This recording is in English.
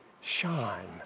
shine